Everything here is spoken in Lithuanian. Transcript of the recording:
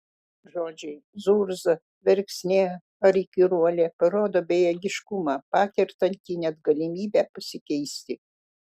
žodžiai zurza verksnė ar įkyruolė parodo bejėgiškumą pakertantį net galimybę pasikeisti